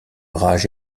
rage